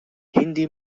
hindi